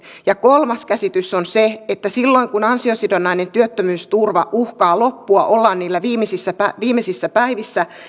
kolmas käsitys on se että silloin kun ansiosidonnainen työttömyysturva uhkaa loppua ollaan niissä viimeisissä viimeisissä päivissä